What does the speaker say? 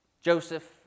Joseph